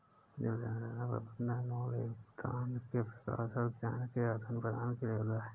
जल संसाधन प्रबंधन मूल योगदान के प्रकाशन और ज्ञान के आदान प्रदान के लिए होता है